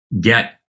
get